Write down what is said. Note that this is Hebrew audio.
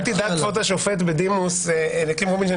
כבוד השופט בדימוס אליקים רובינשטיין,